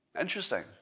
Interesting